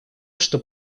что